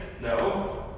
no